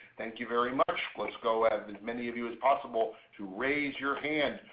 thank you very much. let's go have as many of you as possible to raise your hand.